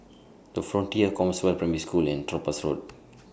The Frontier Compassvale Primary School and Topaz Road